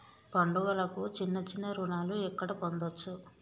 పండుగలకు చిన్న చిన్న రుణాలు ఎక్కడ పొందచ్చు?